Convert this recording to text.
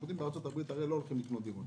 אנחנו יודעים שבארצות-הברית לא קונים דירות